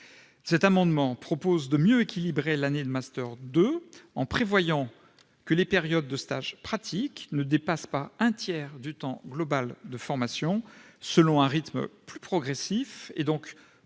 Cet amendement vise à mieux équilibrer l'année de master 2 : les périodes de stage pratique ne dépasseraient pas un tiers du temps global de formation, selon un rythme plus progressif et donc plus propice